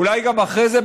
אולי אחרי זה,